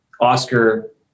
Oscar